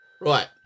Right